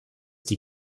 die